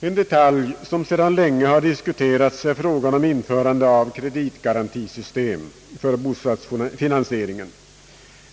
En detalj som sedan länge har diskuterats är frågan om införande av kreditgarantisystem för bostadsfinansieringen.